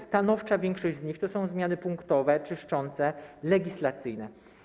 Stanowcza większość z nich to są zmiany punktowe, czyszczące, legislacyjne.